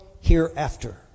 hereafter